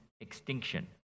extinction